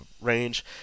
range